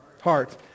heart